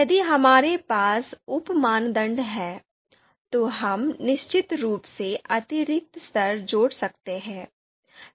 यदि हमारे पास उप मानदंड हैं तो हम निश्चित रूप से अतिरिक्त स्तर जोड़ सकते हैं